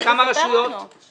לכן, כל עוד שלא